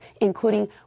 including